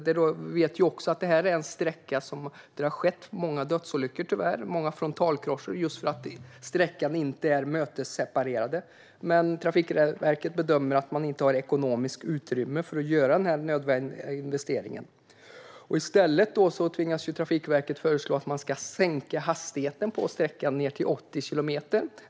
Det är också en sträcka där det tyvärr har skett många dödsolyckor och frontalkrockar, just eftersom sträckan inte är mötesseparerad. Men Trafikverket bedömer att det inte finns ekonomiskt utrymme för den nödvändiga investeringen. Trafikverket tvingas i stället föreslå att man ska sänka hastigheten på sträckan, till 80 kilometer.